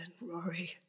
Rory